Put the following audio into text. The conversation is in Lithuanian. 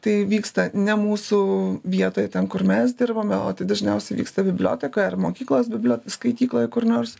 tai vyksta ne mūsų vietoj ten kur mes dirbome o tai dažniausiai vyksta bibliotekoj ir mokyklos biblio skaitykloj kur nors